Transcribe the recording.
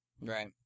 Right